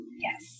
Yes